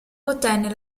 ottenne